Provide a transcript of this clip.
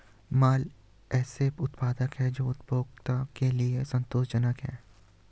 माल ऐसे उत्पाद हैं जो उपभोक्ता के लिए संतोषजनक हैं